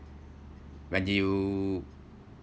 when you